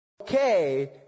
okay